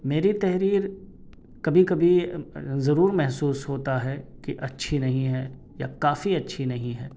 میری تحریر کبھی کبھی ضرور محسوس ہوتا ہے کہ اچھی نہیں ہے یا کافی اچھی نہیں ہے